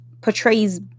portrays